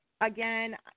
Again